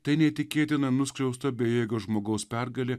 tai neįtikėtina nuskriausto bejėgio žmogaus pergalė